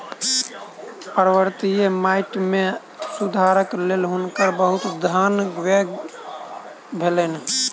पर्वतीय माइट मे सुधारक लेल हुनकर बहुत धन व्यय भेलैन